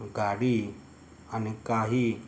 गाडी आणि काही